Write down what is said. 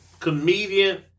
comedian